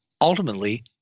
ultimately